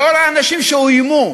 לנוכח האנשים שאוימו,